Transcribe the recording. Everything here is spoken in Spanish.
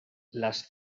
las